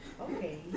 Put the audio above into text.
Okay